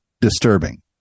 disturbing